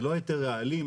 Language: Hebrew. זה לא היתר רעלים,